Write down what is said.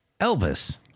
Elvis